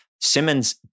Simmons